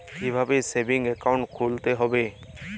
কীভাবে savings account খুলতে হবে?